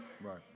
right